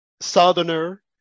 southerner